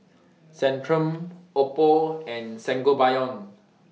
Centrum Oppo and Sangobion